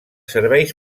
serveis